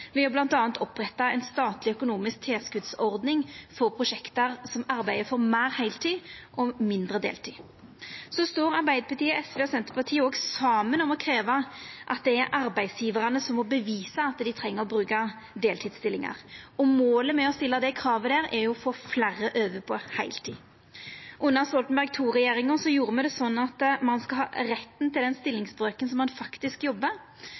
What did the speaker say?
oppretta ei statleg økonomisk tilskotsordning for prosjekt der ein arbeider for meir heiltid og mindre deltid. Arbeidarpartiet, SV og Senterpartiet står saman om å krevja at det er arbeidsgjevarane som må bevisa at dei treng å bruka deltidsstillingar. Målet med å stilla det kravet er å få fleire over på heiltid. Under Stoltenberg II-regjeringa gjorde me det slik at ein skal ha rett til den stillingsbrøken som ein faktisk jobbar.